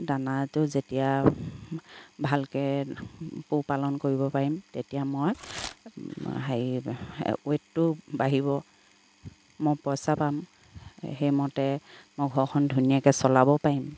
দানাটো যেতিয়া ভালকে পোহপালন কৰিব পাৰিম তেতিয়া মই হেৰি ৱেটটো বাঢ়িব মই পইচা পাম সেইমতে মই ঘৰখন ধুনীয়াকে চলাব পাৰিম